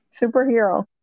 Superhero